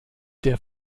der